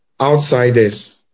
outsiders